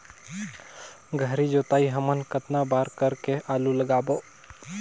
गहरी जोताई हमन कतना बार कर के आलू लगाबो?